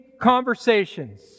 Conversations